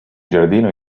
giardino